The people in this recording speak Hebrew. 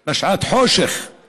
להקים ועדת חקירה